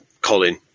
Colin